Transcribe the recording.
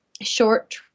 short